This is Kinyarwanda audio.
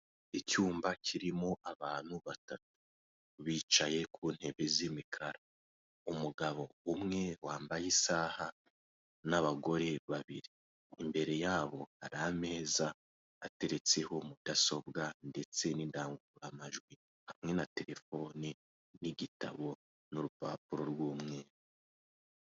Icyumba kirimo abantu batatu bicaye ku ntebe z' imikara, umugabo umwe wambaye isaha n'abagore babiri, imbere yabo hari ameza ateretseho mudasobwa ndetse n'indangururamajwi hamwe na terefoni n'igitabo n'urupapuro rw'umweru.